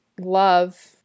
love